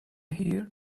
here